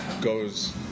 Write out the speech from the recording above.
goes